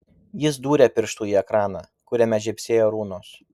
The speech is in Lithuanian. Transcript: jis dūrė pirštu į ekraną kuriame žybsėjo runos